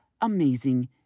amazing